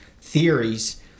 theories